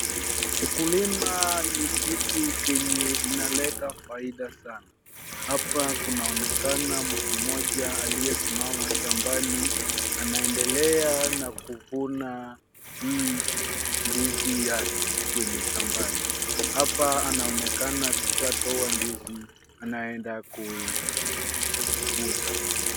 Ukulima ni kitu chenye inaleta faida sana. Hapa kunaonekana mtu mmoja aliyesimama shambani, anaendelea na kuvuna hii ndizi yake kwenye shambani. Hapa anaonekana akishatoa ndizi anaenda kuiuza.